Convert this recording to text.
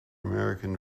american